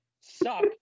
suck